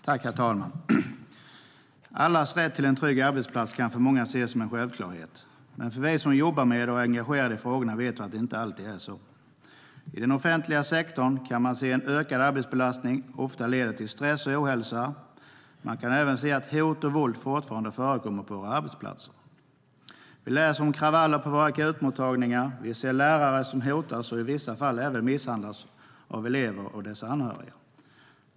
Herr talman! Allas rätt till en trygg arbetsplats kan för många ses som en självklarhet. Men vi som jobbar med och är engagerade i frågorna vet att det inte alltid är så. I den offentliga sektorn kan man se att en ökad arbetsbelastning ofta leder till stress och ohälsa. Man kan även se att hot och våld fortfarande förekommer på våra arbetsplatser. Vi läser om kravaller på våra akutmottagningar, och vi ser lärare som hotas och i vissa fall även misshandlas av elever och deras anhöriga.